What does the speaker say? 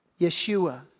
Yeshua